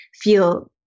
feel